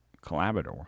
collaborator